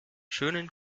schönen